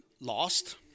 lost